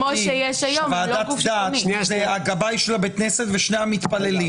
ועדת דת זה הגבאי של הכנסת ושני מתפללים.